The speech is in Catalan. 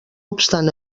obstant